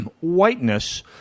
whiteness